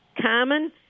common